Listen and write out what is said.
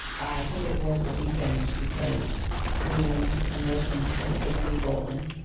i think it was a weekend, because william and lesline had taken me bowling.